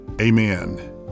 amen